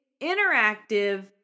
interactive